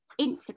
Instagram